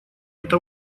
это